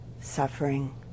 suffering